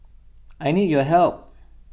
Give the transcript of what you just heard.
I need your help